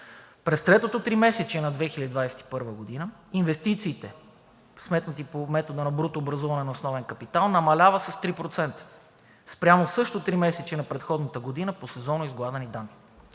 През третото тримесечие на 2021 г. инвестициите, сметнати по метода на брутообразуване на основен капитал, намаляват с 3% спрямо същото тримесечие на предходната година по сезонно изгладени данни.